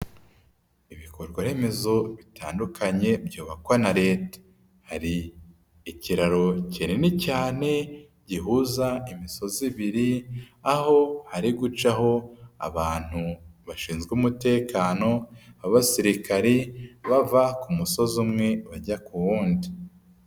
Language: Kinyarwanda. Ibikorwaremezo bitandukanye byubakwa na Leta. Hari ikiraro kinini cyane gihuza imisozi ibiri, aho hari gucaho abantu bashinzwe umutekano babasirikari, bava ku musozi umwe bajya ku wundi.